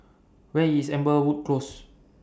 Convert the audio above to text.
Where IS Amberwood Close